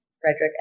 Frederick